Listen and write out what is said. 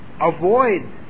avoid